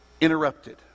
interrupted